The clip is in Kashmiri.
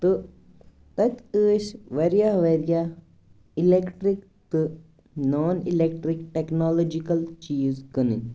تہٕ تَتہِ ٲسۍ واریاہ واریاہ اِلیٚکٹِرٛک تہٕ نان اِلیٚکٹِرٛک ٹیٚکنالجِکَل چیٖز کٕنٕنۍ